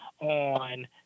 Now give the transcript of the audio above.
on